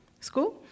School